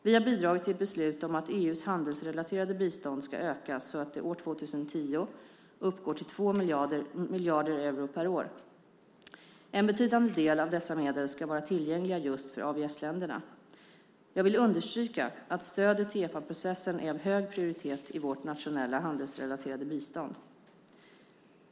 Vi har bidragit till ett beslut om att EU:s handelsrelaterade bistånd ska öka så att det år 2010 uppgår till 2 miljarder euro per år. En betydande del av dessa medel ska vara tillgänglig för just AVS-länderna. Jag vill understryka att stödet till EPA-processen är av hög prioritet i vårt nationella handelsrelaterade bistånd.